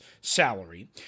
salary